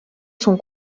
son